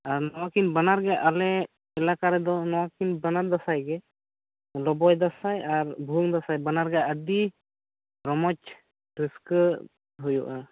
ᱟᱨ ᱱᱚᱶᱟ ᱠᱤᱱ ᱵᱟᱱᱟᱨ ᱜᱮ ᱟᱞᱮ ᱮᱞᱟᱠᱟ ᱨᱮᱫᱚ ᱱᱚᱶᱟ ᱠᱤᱱ ᱵᱟᱱᱟᱨ ᱫᱟᱸᱥᱟᱭ ᱜᱮ ᱞᱚᱵᱚᱭ ᱫᱟᱸᱥᱟᱭ ᱟᱨ ᱵᱷᱩᱭᱟᱹᱝ ᱫᱟᱥᱟᱭ ᱵᱟᱱᱟᱨ ᱜᱮ ᱟᱹᱰᱤ ᱨᱚᱢᱚᱡ ᱨᱟᱹᱥᱠᱟᱹ ᱦᱩᱭᱩᱜᱼᱟ